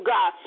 God